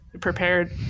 prepared